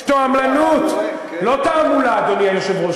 יש תועמלנות, לא תעמולה, אדוני היושב-ראש.